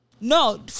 No